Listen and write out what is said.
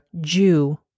Jew